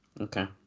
Okay